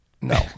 no